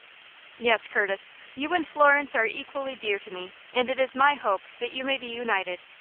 yes, curtis you and florence are equally dear to me, and it is my hope that you may be united.